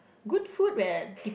good food